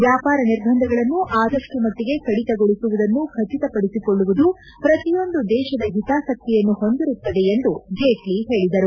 ವ್ಚಾಪಾರ ನಿರ್ಬಂಧಗಳನ್ನು ಆದಷ್ಟು ಮಟ್ಟಗೆ ಕಡಿತಗೊಳಿಸುವುದನ್ನು ಖಚಿತಪಡಿಸಿಕೊಳ್ಳುವುದು ಪ್ರತಿಯೊಂದು ದೇಶದ ಹಿತಾಸಕ್ತಿಯನ್ನು ಹೊಂದಿರುತ್ತದೆ ಎಂದು ಜೇಟ್ಲ ಹೇಳಿದರು